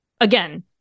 again